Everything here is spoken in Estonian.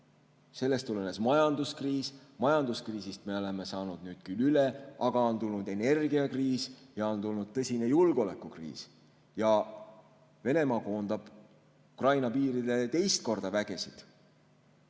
Sellest tulenes majanduskriis. Majanduskriisist me oleme saanud nüüd küll üle, aga on tulnud energiakriis ja on tulnud tõsine julgeolekukriis. Venemaa koondab Ukraina piirile vägesid